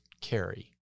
Carry